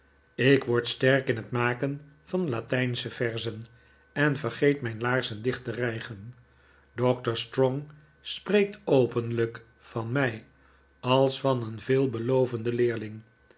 ik word sterk in het maken van latijnsche verzen en vergeet mijn laarzen dicht te rijgen doctor strong spreekt openlijk van mij als van een veelbelovenden leerling